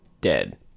Dead